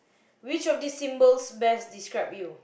which of these symbols best describe you